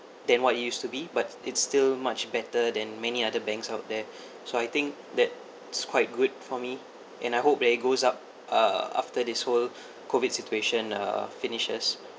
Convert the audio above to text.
than what it used to be but it's still much better than many other banks out there so I think that's quite good for me and I hope that it goes up uh after this world COVID situation uh finishes